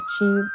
achieve